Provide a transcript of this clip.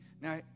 Now